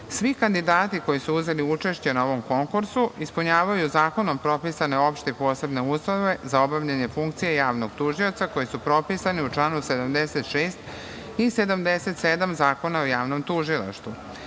kandidati koji su uzeli učešće na ovom konkursu ispunjavaju zakonom propisane opšte i posebne uslove za obavljanje funkcije javnog tužioca koji su propisani u članu 76. i 77. Zakona o javnom tužilaštvu. Na